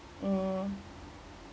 mm